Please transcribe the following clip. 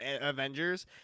Avengers